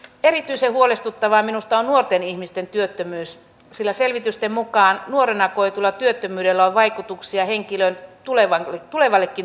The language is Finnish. erityisen huolestuttavaa minusta on nuorten ihmisten työttömyys sillä selvitysten mukaan nuorena koetulla työttömyydellä on vaikutuksia henkilön tulevallekin työuralle